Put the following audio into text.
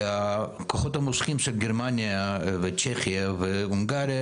הכוחות המושכים של גרמניה וצ'כיה והונגריה